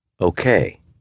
Okay